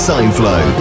Signflow